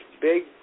big